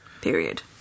Period